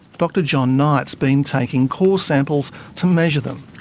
dr jon knight's been taking core samples to measure them.